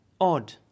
Odd